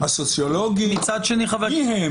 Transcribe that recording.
הסוציולוגי; מי הן?